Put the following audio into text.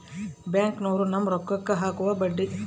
ಬ್ಯಾಂಕ್ನೋರು ನಮ್ಮ್ ರೋಕಾಕ್ಕ ಅಕುವ ಬಡ್ಡಿ